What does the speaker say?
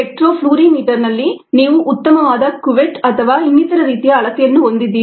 ಸ್ಪೆಕ್ಟ್ರೋಫ್ಲೋರಿಮೀಟರ್ನಲ್ಲಿ ನೀವು ಉತ್ತಮವಾದ ಕುವೆಟ್ ಅಥವಾ ಇನ್ನಿತರ ರೀತಿಯ ಅಳತೆಯನ್ನು ಹೊಂದಿದ್ದೀರಿ